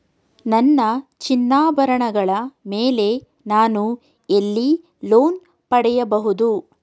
ನನ್ನ ಚಿನ್ನಾಭರಣಗಳ ಮೇಲೆ ನಾನು ಎಲ್ಲಿ ಲೋನ್ ಪಡೆಯಬಹುದು?